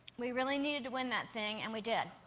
we really needed to win that thing and we did.